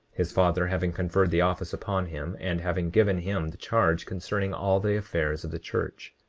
his father having conferred the office upon him, and having given him the charge concerning all the affairs of the church.